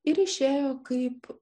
ir išėjo kaip